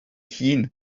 hun